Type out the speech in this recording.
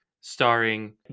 starring